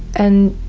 and